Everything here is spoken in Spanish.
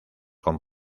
con